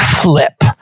flip